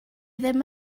ddim